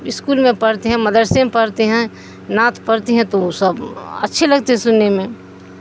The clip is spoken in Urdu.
اسکول میں پڑھتے ہیں مدرسے میں پڑھتے ہیں نعت پڑھتے ہیں تو وہ سب اچھے لگتے سننے میں